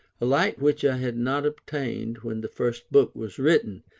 a light which i had not obtained when the first book was written,